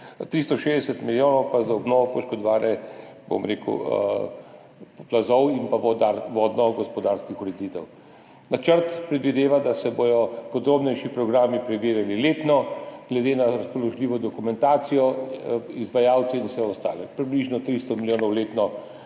360 milijonov za obnovo poškodovanih [objektov] zaradi plazov in vodnogospodarske ureditve. Načrt predvideva, da se bodo podrobnejši programi preverjali letno glede na razpoložljivo dokumentacijo, izvajalce in vse ostale, približno 300 milijonov letno,